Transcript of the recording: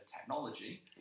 technology